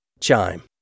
Chime